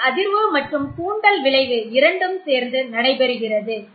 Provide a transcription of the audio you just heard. இதில் அதிர்வு மற்றும் தூண்டல் விளைவு இரண்டும் சேர்ந்து நடைபெறுகிறது